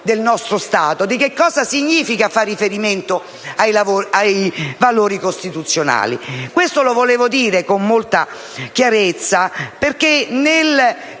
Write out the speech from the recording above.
del nostro Stato e cosa significa far riferimento ai valori costituzionali. Questo lo volevo dire con molta chiarezza, perché,